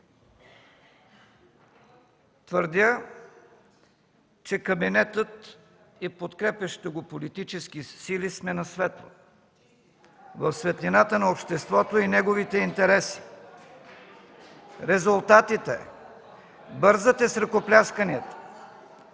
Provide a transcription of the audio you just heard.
Твърдя, че кабинетът и подкрепящите го политически сили сме на светло, в светлината на обществото и неговите интереси. (Реплики и частични ръкопляскания